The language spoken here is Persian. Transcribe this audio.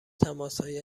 تماسهایی